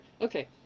okay